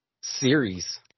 series